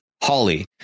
Holly